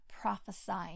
prophesying